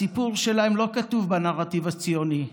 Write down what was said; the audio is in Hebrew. הסיפור שלהם לא כתוב בנרטיב הציוני,